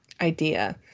idea